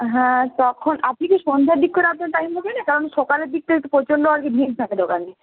হ্যাঁ তখন আপনি কি সন্ধ্যার দিক করে আপনার টাইম হবে না কারণ সকালের দিকটা একটু প্রচণ্ড আর কি ভিড় থাকে দোকানে